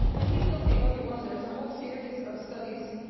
and he's not the only one, there is a whole series of studies,